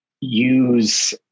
use